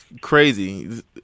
crazy